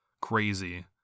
crazy